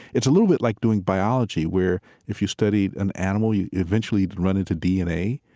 it's a little bit like doing biology where, if you studied an animal, you'd eventually run into dna,